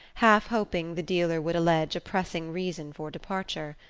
half hoping the dealer would allege a pressing reason for departure.